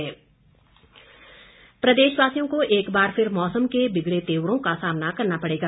मौसम प्रदेशवासियों को एक बार फिर मौसम के बिगडे तेवरों का सामना करना पड़ेगा